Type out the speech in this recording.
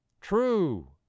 true